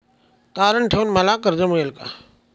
तारण ठेवून मला कर्ज मिळेल का?